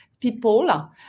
people